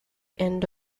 end